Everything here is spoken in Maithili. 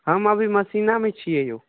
हम अभी मेसिनामे छियै यौ